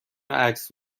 عکس